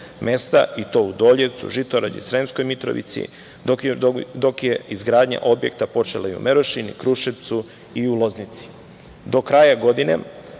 i to u Doljevcu, Žitorađi, Sremskoj Mitrovici, dok je izgradnja objekata počela u Merošini, Kruševcu i u Loznici.